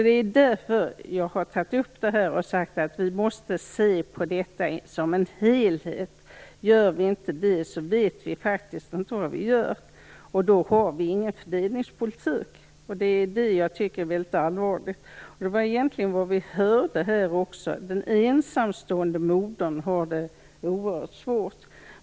Det är därför jag har tagit upp detta och sagt att vi måste se på detta som en helhet. Gör vi inte det, så vet vi faktiskt inte vad vi gör. Då har vi ingen fördelningspolitik, vilket jag tycker vore väldigt allvarligt. Vi hörde här tidigare att den ensamstående modern har det oerhört svårt.